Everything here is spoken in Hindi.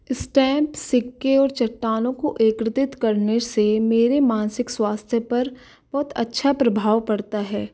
स्टैम्प सिक्के और चट्टानों को एकत्रित करने से मेरे मानसिक स्वास्थ्य पर बहुत अच्छा प्रभाव पड़ता है